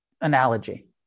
analogy